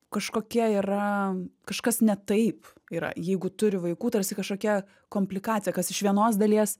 kažkokie yra kažkas ne taip yra jeigu turi vaikų tarsi kažkokia komplikacija kas iš vienos dalies